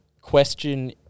question